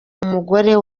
umugore